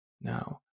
Now